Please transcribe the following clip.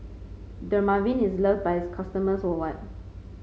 Dermaveen is loved by its customers worldwide